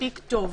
מספיק טוב.